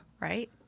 right